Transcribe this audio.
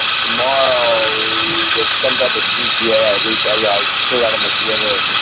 um tomorrow with some type of cpa i reach, i put it out on my twitter,